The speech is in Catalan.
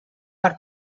per